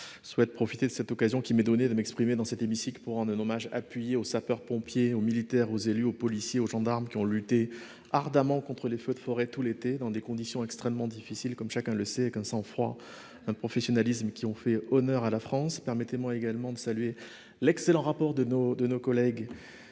je souhaite profiter de l'occasion qui m'est donnée de m'exprimer dans cet hémicycle pour rendre un hommage appuyé aux sapeurs-pompiers, aux militaires, aux élus, aux policiers et aux gendarmes qui, tout l'été, ont lutté ardemment contre les feux de forêt, dans des conditions extrêmement difficiles, comme chacun le sait, avec un sang-froid et un professionnalisme qui ont fait honneur à la France. Permettez-moi également de saluer l'excellent rapport d'information